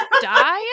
die